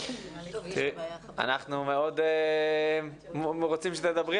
אנחנו מאוד רוצים שתדבר,